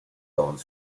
lone